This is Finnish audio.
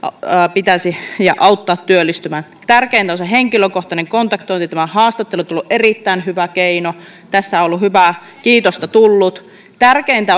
pitäisi auttaa työllistymään tärkeintä on se henkilökohtainen kontaktointi haastattelut ovat olleet erittäin hyvä keino tästä on hyvää kiitosta tullut tärkeintä